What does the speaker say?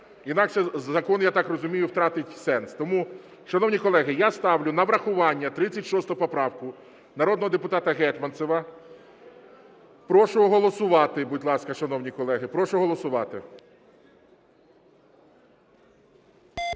інакше закон, я так розумію, втратить сенс. Тому, шановні колеги, я ставлю на врахування 36 поправку народного депутата Гетманцева. Прошу голосувати, будь ласка, шановні колеги, прошу голосувати.